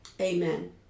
Amen